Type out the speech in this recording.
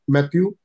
Matthew